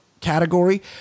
category